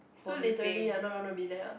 so literally you're not gonna be there ah